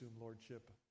lordship